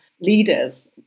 leaders